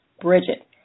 Bridget